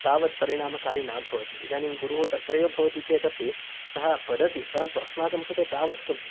तावत् परिणामकारी न भवति इदानीं गुरुः तत्रैव चेत् अपि सः वदति परन्तु अस्माकं कृते तावत्